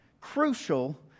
crucial